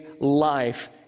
life